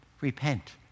Repent